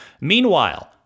Meanwhile